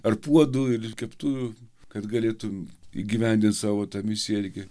ar puodų ir keptuvių kad galėtum įgyvendint savo tą misiją reikia